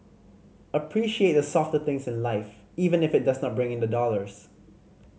appreciate the softer things in life even if it does not bring in the dollars